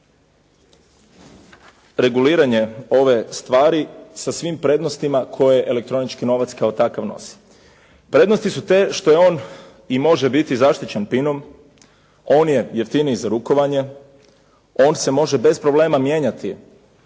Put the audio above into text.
reguliranje ove stvari sa svim prednostima koje elektronički novac kao takav nosi. Prednosti su te što je on i može biti zaštićen s PIN-om, on je jeftiniji za rukovanje, on se može bez problema mijenjati,